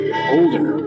older